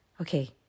Okay